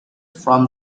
from